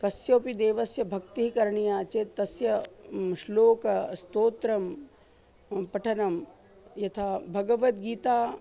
कस्यपि देवस्य भक्तिः करणीया चेत् तस्य श्लोकः स्तोत्रपठनं यथा भगवद्गीता